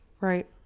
Right